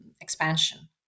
expansion